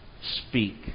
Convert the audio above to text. speak